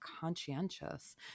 conscientious